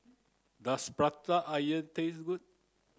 does prata onion taste good